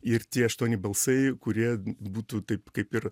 ir tie aštuoni balsai kurie būtų taip kaip ir